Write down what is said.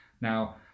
now